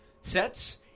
sets